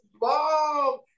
bomb